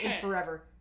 forever